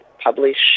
publish